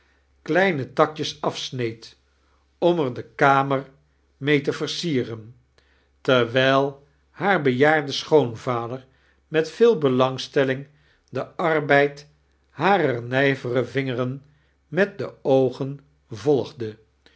kleine takjes afsneed om er de kamer mede te versderen terwijl haar bejaarde schoonvader met veel belangstelling den airbeid harer ndjvere vingeren met de oogen volgde